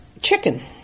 chicken